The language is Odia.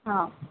ହଁ